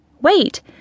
Wait